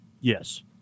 Yes